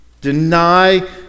Deny